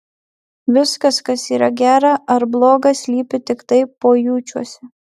viskas kas yra gera ar bloga slypi tiktai pojūčiuose